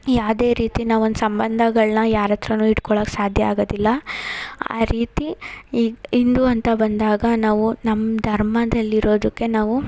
ಯಾವ್ದೇ ರೀತಿ ನಾವು ಒಂದು ಸಂಬಂಧಗಳನ್ನ ಯಾರ ಹತ್ರನು ಇಟ್ಕೊಳ್ಳಕ್ಕೆ ಸಾಧ್ಯ ಆಗೋದಿಲ್ಲ ಆ ರೀತಿ ಹಿಂದೂ ಅಂತ ಬಂದಾಗ ನಾವು ನಮ್ಮ ಧರ್ಮದಲ್ಲಿರೋದಕ್ಕೆ ನಾವು